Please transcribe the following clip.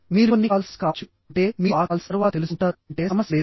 మీరు కొన్ని calls miss కావచ్చుఅంటే మీరు ఆ కాల్స్ తరువాత తెలుసుకుంటారు అంటే సమస్య లేదు